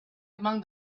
among